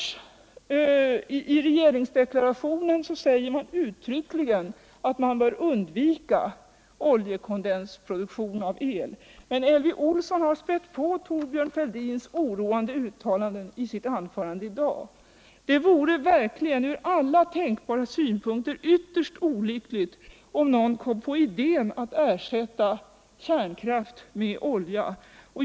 I regeringsdeklarationen sägs det uttryckligen att man bör undvika oljekondensproduktion av el, men Elvy Olsson har spätt på Thorbjörn Fälldins oroande uttalanden i sitt anförande i dag. Det vore verkligen ur alla tänkbara synpunkter ytterst olyckligt om någon kom på idén att ersätta kärnkraft med olja.